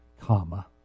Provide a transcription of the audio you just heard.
comma